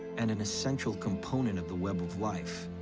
and an essential component of the web of life,